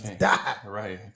right